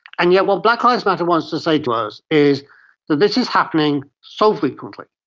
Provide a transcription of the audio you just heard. and yet what black lives matter wants to say to us is that this is happening so frequently,